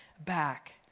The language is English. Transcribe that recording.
back